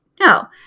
No